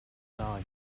die